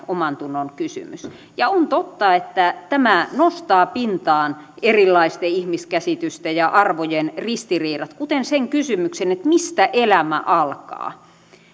omantunnonkysymys ja on totta että tämä nostaa pintaan erilaisten ihmiskäsitysten ja arvojen ristiriidat kuten sen kysymyksen mistä elämä alkaa